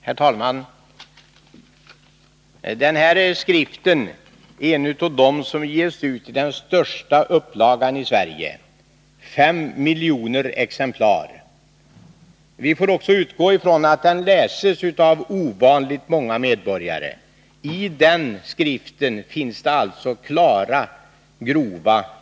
Herr talman! Skriften ”Dags att deklarera” är en av dem som ges ut i störst upplaga i Sverige, 5 miljoner exemplar. Vi får också utgå ifrån att den läses av ovanligt många medborgare. I den skriften finns det grovt felaktiga uppgifter.